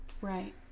Right